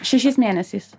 šešiais mėnesiais